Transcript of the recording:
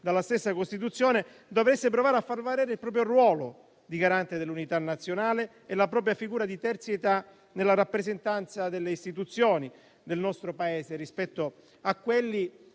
dalla stessa Costituzione, dovesse provare a far valere il proprio ruolo di garante dell'unità nazionale e la propria figura di terzietà nella rappresentanza delle istituzioni del nostro Paese rispetto a quelli